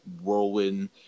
whirlwind